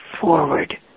forward